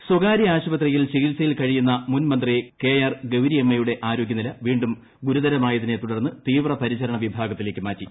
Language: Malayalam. ഗൌരിയമ്മ സ്വകാര്യ ആശുപത്രിയിൽ ചികിത്സയിൽ കഴിയുന്ന മുൻമന്ത്രി കെ ആർ ഗൌരിയമ്മയുടെ ആരോഗൃനില വീണ്ടും ഗുരുതരമായതിനെ തുടർന്ന് തീവ്രപരിചരണ വിഭാഗത്തിലേക്ക് മാറ്റി